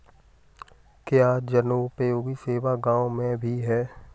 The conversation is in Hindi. क्या जनोपयोगी सेवा गाँव में भी है?